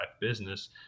business